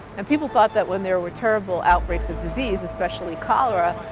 and people thought that when there were terrible outbreaks of disease, especially cholera,